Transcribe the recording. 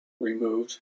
removed